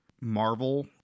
Marvel